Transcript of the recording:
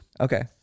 Okay